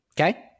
Okay